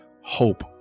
hope